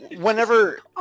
Whenever